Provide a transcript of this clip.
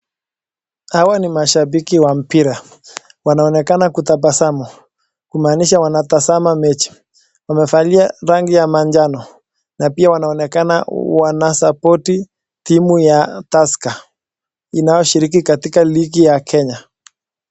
Hawa ni mashabiki wa mpira wanaonekana kutabasamu kumaanisha wanatazama mechi. Wamevalisha rangi ya manjano na pia wanaonekana wanasapotii timu ya tusker inaoshiriki katika ligi ya Kenya.